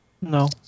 No